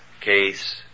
case